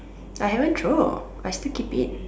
I haven't throw I still keep it